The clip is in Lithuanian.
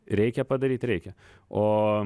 reikia padaryt reikia o